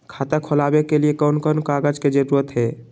खाता खोलवे के लिए कौन कौन कागज के जरूरत है?